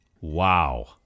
wow